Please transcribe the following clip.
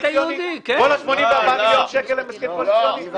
כל ה-84 מיליון שקל זה הסכם קואליציוני?